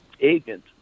agent